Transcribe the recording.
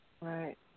Right